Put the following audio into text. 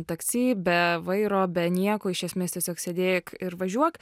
taksi be vairo be nieko iš esmės tiesiog sėdėk ir važiuok